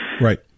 Right